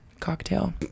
cocktail